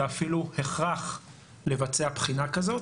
זה אפילו הכרח לבצע בחינה כזאת,